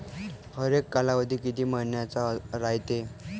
हरेक कालावधी किती मइन्याचा रायते?